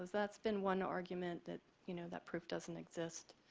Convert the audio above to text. that's been one argument that, you know, that proof doesn't exist.